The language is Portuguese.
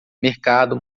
mercado